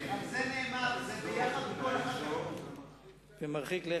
מהאזור, ומרחיק לכת.